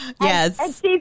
Yes